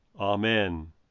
Amen